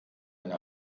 eine